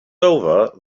over